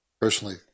personally